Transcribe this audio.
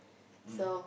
mmhmm